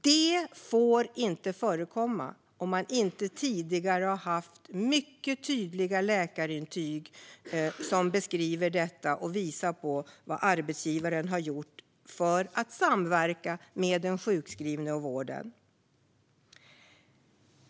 Det får inte förekomma om man inte tidigare har haft mycket tydliga läkarintyg som beskriver detta och visar på vad arbetsgivaren har gjort för att samverka med den sjukskrivne och vården.